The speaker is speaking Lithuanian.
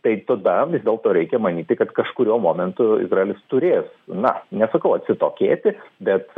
tai tada vis dėlto reikia manyti kad kažkuriuo momentu izraelis turės na nesakau atsitokėti bet